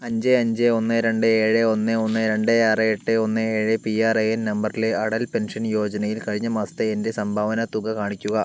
അഞ്ച് അഞ്ച് ഒന്ന് രണ്ട് ഏഴ് ഒന്ന് ഒന്ന് രണ്ട് ആറ് എട്ട് ഒന്ന് ഏഴ് പി ആർ എ എൻ നമ്പറിലെ അടൽ പെൻഷൻ യോജനയിൽ കഴിഞ്ഞ മാസത്തെ എൻ്റെ സംഭാവന തുക കാണിക്കുക